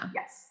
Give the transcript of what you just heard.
yes